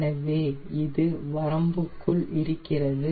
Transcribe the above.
எனவே இது வரம்புக்குள் இருக்கிறது